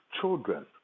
children